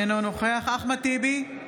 אינו נוכח אחמד טיבי,